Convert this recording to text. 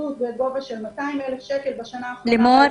והצטיידות בגובה של 200,000 שקל בשנה האחרונה --- לימור,